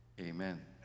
amen